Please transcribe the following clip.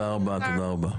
תודה רבה.